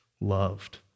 loved